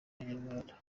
abanyarwanda